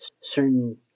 certain